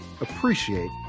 appreciate